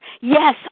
Yes